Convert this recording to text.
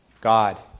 God